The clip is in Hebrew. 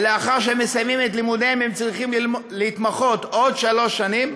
ולאחר שהם מסיימים את לימודיהם הם צריכים להתמחות עוד שלוש שנים,